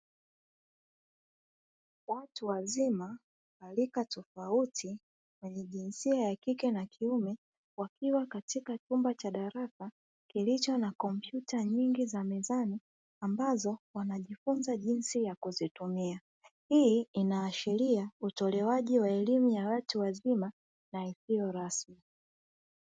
Watu wazima wa rika tofauti wenye jinsia ya kike na kiume wakiwa katika chumba cha darasa kilicho na kompyuta nyingi za mezani ambazo wanajifunza jinsi ya kuzitumia. Hii inaashiria utolewaji wa elimu ya watu wazima na isiyo rasmi.